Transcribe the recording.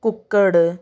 ਕੁੱਕੜ